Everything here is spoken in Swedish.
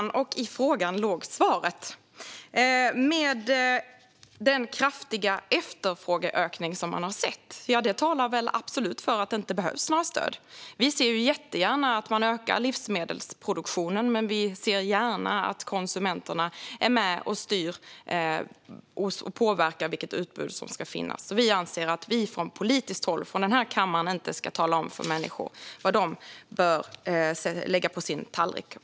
Fru talman! I frågan låg svaret! Den kraftiga efterfrågeökning som man har sett talar väl absolut för att det inte behövs några stöd. Vi ser jättegärna att man ökar livsmedelsproduktionen, men vi ser också gärna att konsumenterna är med och styr och påverkar vilket utbud som ska finnas. Vi anser att vi från politiskt håll - från denna kammare - inte ska tala om för människor vad de bör lägga på sin tallrik.